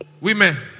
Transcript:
women